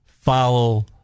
follow